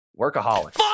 workaholic